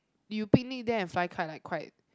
you picnic there and fly kite like quite